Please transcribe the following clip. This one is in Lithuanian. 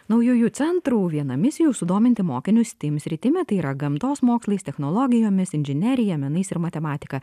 naujųjų centrų viena misijų sudominti mokinius steam sritimi tai yra gamtos mokslais technologijomis inžinerija menais ir matematika